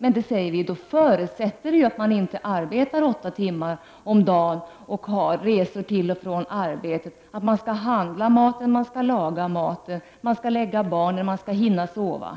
Men vi säger att detta förutsätter att man inte arbetar åtta timmar om dagen och har resor till och från arbetet, inte måste handla mat och laga mat, eller lägga barn och hinna sova själv.